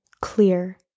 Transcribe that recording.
clear